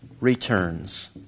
returns